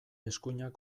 eskuinak